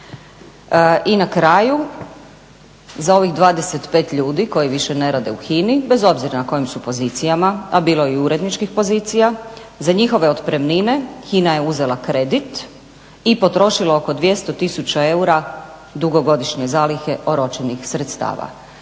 I na kraju, za ovih 25 ljudi koji više ne rade u HINA-i, bez obzira na kojim su pozicijama, a bilo je i uredničkih pozicija, za njihove otpremnine HINA je uzela kredit i potrošila oko 200 000 eura dugogodišnje zalihe oročenih sredstava.